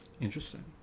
Interesting